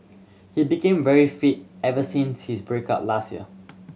he became very fit ever since his break up last year